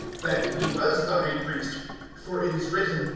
that he was the high priest for it is written,